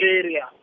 area